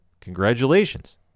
Congratulations